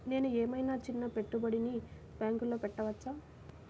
నేను ఏమయినా చిన్న పెట్టుబడిని బ్యాంక్లో పెట్టచ్చా?